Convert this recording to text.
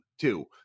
two